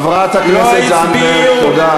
חברת הכנסת זנדברג, תודה.